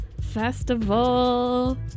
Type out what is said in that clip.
Festival